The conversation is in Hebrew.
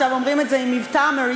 עכשיו אומרים את זה עם מבטא אמריקני,